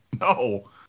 no